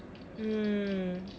mm